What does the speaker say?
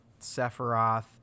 Sephiroth